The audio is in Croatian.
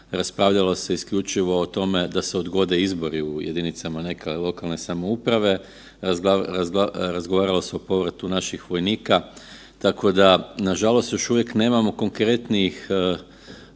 raspravljalo se isključivo o tome da se odgode izbori u jedinicama neke lokalne samouprave. Razgovaralo se o povratu naših vojnika, tako da nažalost još uvijek nemamo konkretnih